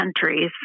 countries